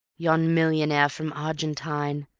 yon millionaire from argentine.